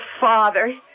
father